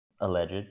Alleged